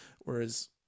whereas